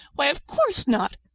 why, of course not!